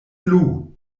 plu